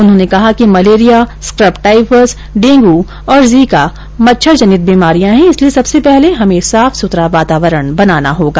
उन्होंने कहा कि मलेरिया स्कब टाइफस डेंगू और जीका मच्छरजनित बीमारियां हैं इसलिए सबसे पहले हमें साफ सुथरा वातावरण बनाना होगा